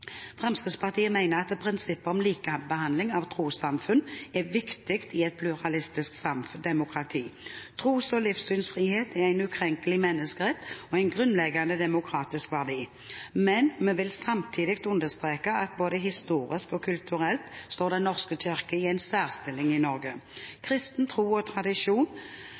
Fremskrittspartiet mener at prinsippet om likebehandling av trossamfunn er viktig i et pluralistisk demokrati. Tros- og livssynsfrihet er en ukrenkelig menneskerett og en grunnleggende demokratisk verdi, men vi vil samtidig understreke at både historisk og kulturelt står Den norske kirke i en særstilling i Norge. Kristen tro og tradisjon